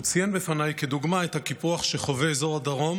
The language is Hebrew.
הוא ציין בפניי כדוגמה את הקיפוח שחווה אזור הדרום